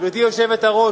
גברתי היושבת-ראש,